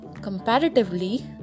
comparatively